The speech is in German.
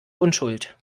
unschuld